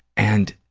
and